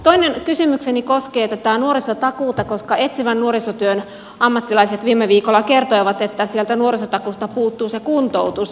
toinen kysymykseni koskee nuorisotakuuta koska etsivän nuorisotyön ammattilaiset viime viikolla kertoivat että sieltä nuorisotakuusta puuttuu se kuntoutus